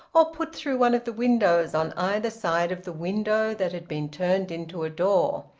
or put through one of the windows on either side of the window that had been turned into a door.